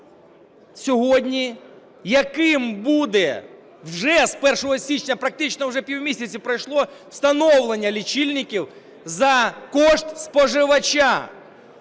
сьогодні, яким буде вже з 1 січня, практично вже півмісяця пройшло, встановлення лічильників за кошт споживача.